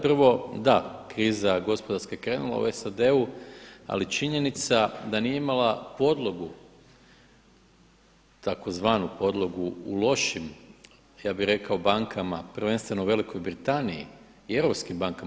Prvo, da, kriza gospodarska je krenula u SAD-u ali činjenica da nije imala podlogu tzv. podlogu u lošim, ja bih rekao bankama prvenstveno Velikoj Britaniji i europskim bankama.